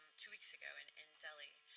two weeks ago in and delhi,